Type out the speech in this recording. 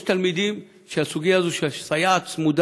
יש תלמידים שהסוגיה הזאת של סייעת צמודה